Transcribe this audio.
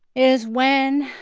is when,